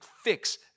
fix